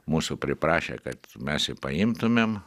mūsų priprašė kad mes jį paimtumėm